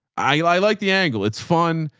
i like the angle. it's fun.